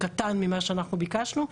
קטן ממה שאנחנו ביקשנו,